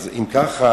אז אם כך,